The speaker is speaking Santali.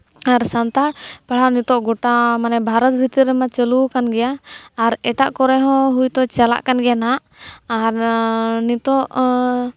ᱟᱨ ᱥᱟᱱᱛᱟᱲ ᱯᱟᱲᱦᱟᱣ ᱱᱤᱛᱚᱜ ᱜᱚᱴᱟ ᱵᱷᱟᱨᱚᱛ ᱵᱷᱛᱤᱨ ᱨᱮᱢᱟ ᱪᱟᱹᱞᱩ ᱟᱠᱟᱱ ᱜᱮᱭᱟ ᱟᱨ ᱮᱴᱟᱜ ᱠᱚᱨᱮᱜ ᱦᱚᱸ ᱦᱳᱭ ᱛᱚ ᱪᱟᱞᱟᱜ ᱠᱟᱱ ᱜᱮᱭᱟ ᱱᱟᱦᱟᱜ ᱟᱨ ᱱᱤᱛᱚᱜ